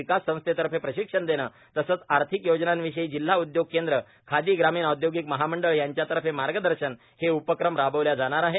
विक्वस संस्वेतर्फे प्रशिक्षण देणं तसंच आर्थिक योजनांविषयी जिल्हा उद्योग केंद्र खादी ग्रामीण औदोगिक महामंडळ यांच्यातर्फे मार्गदर्शन हे उफ्रम राबविल्या जाणार आहे